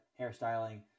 hairstyling